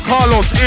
Carlos